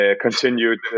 continued